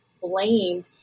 blamed